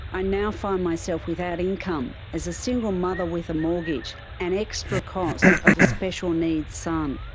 i now find myself without income, as a single mother with mortgage, and extra costs of a special needs son.